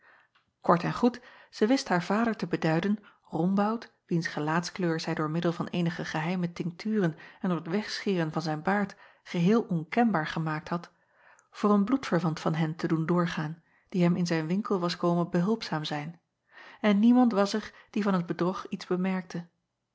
ort en goed zij wist haar vader te beduiden ombout wiens gelaatskleur zij door middel van eenige geheime tinkturen en door t wegscheren van zijn baard geheel onkenbaar gemaakt had voor een bloedverwant van hen te doen doorgaan die hem in zijn winkel was komen behulpzaam zijn en niemand was er die van het bedrog iets bemerkte